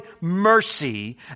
mercy